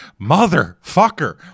motherfucker